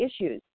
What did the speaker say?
issues